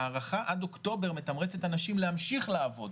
ההארכה עד אוקטובר מתמרצת אנשים להמשיך לעבוד.